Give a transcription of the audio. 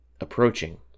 approaching